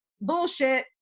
bullshit